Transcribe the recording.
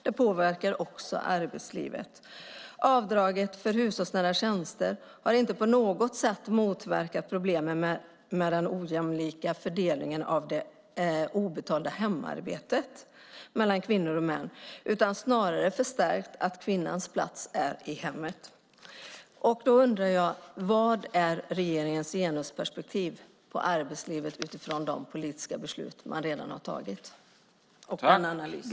Det påverkar också arbetslivet. Avdraget för hushållsnära tjänster har inte på något sätt motverkat problemen med den ojämlika fördelningen mellan kvinnor och män av det obetalda hemarbetet utan har snarare förstärkt att kvinnans plats är i hemmet. Då undrar jag: Vad är regeringens genusperspektiv på arbetslivet utifrån de politiska beslut som man har redan har tagit?